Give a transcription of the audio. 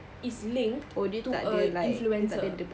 is linked to a influencer